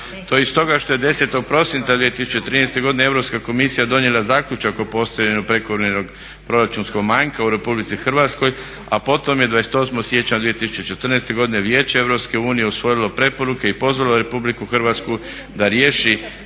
To je iz toga što je 10. prosinca 2013. godine Europska komisija donijela zaključak o postojanju prekovremenog proračunskog manjka u RH a potom je 28. siječnja 2014. godine Vijeće EU usvojilo preporuke i pozvalo RH da riješi